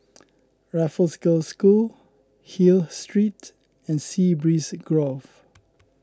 Raffles Girls' School Hill Street and Sea Breeze Grove